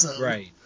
Right